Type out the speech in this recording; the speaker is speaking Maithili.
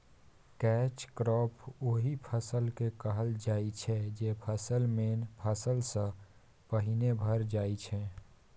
कैच क्रॉप ओहि फसल केँ कहल जाइ छै जे फसल मेन फसल सँ पहिने भए जाइ छै